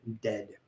dead